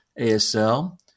ASL